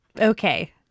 Okay